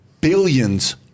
billions